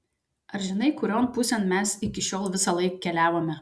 ar žinai kurion pusėn mes iki šiol visąlaik keliavome